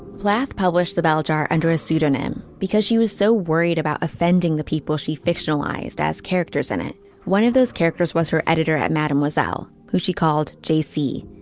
plath published the bell jar under a pseudonym because she was so worried about offending the people she fictionalized as characters in it one of those characters was her editor at mademoiselle who she called j s.